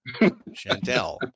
chantel